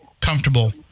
comfortable